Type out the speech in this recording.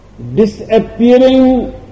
Disappearing